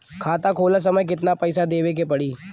खाता खोलत समय कितना पैसा देवे के पड़ी?